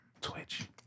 Twitch